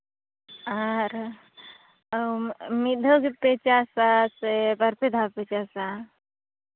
ᱟᱨ ᱢᱤᱫ ᱫᱷᱟᱣ ᱜᱮᱯᱮ ᱪᱟᱥᱼᱟ ᱥᱮ ᱵᱟᱨ ᱯᱮ ᱫᱷᱟᱣ ᱯᱮ ᱪᱟᱥᱼᱟ